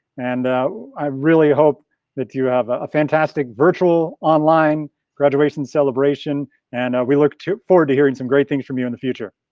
and i really hope that you have a fantastic virtual online graduation celebration and we look forward to hearing some great things from you in the future.